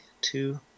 two